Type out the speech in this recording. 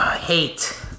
hate